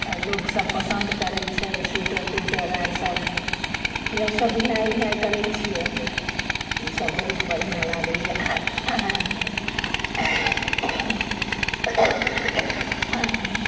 आओर लोकसब पसन्द करय छै स्वेटर त्वेटर आर सब इहो सब बिनाइ उनाइ करय छियै ईसब बहुत बढ़िआँ लागैए